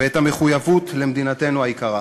ואת המחויבות למדינתנו היקרה.